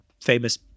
Famous